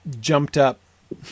jumped-up